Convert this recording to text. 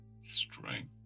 Strength